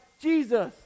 Jesus